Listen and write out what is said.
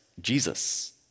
Jesus